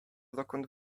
dokąd